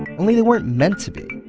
and only they weren't meant to be.